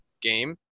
game